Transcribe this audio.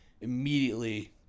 immediately